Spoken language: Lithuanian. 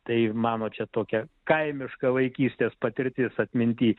tai mano čia tokia kaimiška vaikystės patirtis atminty